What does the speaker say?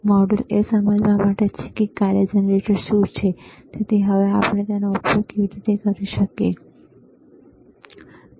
module એ સમજવા માટે છે કે કાર્ય જનરેટર શું છે અને આપણે તેનો ઉપયોગ કેવી રીતે કરી શકીએ બરાબર